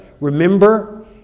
Remember